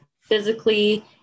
physically